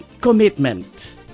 commitment